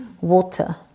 water